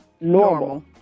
normal